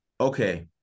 okay